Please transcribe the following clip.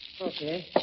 Okay